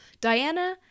Diana